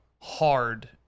hard